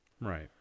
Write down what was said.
right